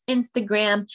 Instagram